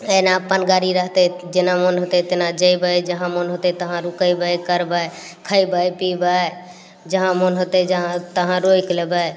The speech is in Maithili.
एना अप्पन गाड़ी रहतय तऽ जेना मन होतय तेना जयबय जहाँ मन होतय तहाँ रुकबे करबय खयबय पिबय जहाँ मन होतय जहाँ तहाँ रोकि लेबय